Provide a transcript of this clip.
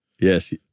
Yes